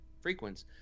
frequency